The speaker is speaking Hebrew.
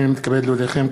הנני מתכבד להודיעכם,